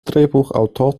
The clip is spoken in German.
drehbuchautor